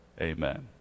Amen